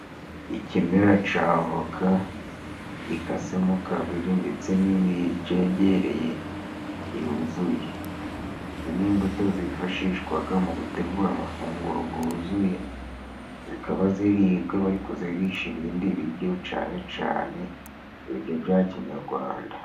Ikimera ca voka gikasemo kabiri ndetse n'indi icegereye yuzuye. Izi ni imbuto zifashishwaga mu gutegura amafunguro gwuzuye, zikaba ziribwa iyo bari kuzirisha ibindi bijyo cane cane ibya kinyagwanda.